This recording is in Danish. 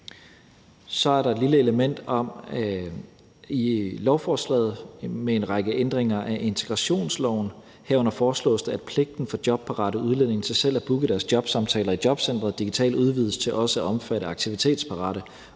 Så er der et lille element i lovforslaget med en række ændringer af integrationsloven; herunder foreslås det, at pligten for jobparate udlændinge til selv at booke deres jobsamtaler i jobcenteret digitalt udvides til også at omfatte aktivitetsparate